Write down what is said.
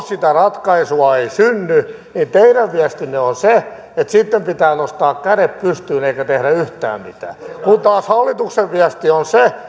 sitä ratkaisua ei synny niin teidän viestinne on se että sitten pitää nostaa kädet pystyyn eikä tehdä yhtään mitään kun taas hallituksen viesti on se